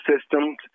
systems